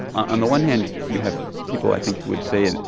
on the one hand, you have people, i think, who would say ah